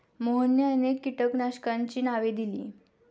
मोहनने अनेक कीटकनाशकांची नावे दिली